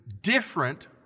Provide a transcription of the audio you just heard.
different